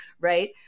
right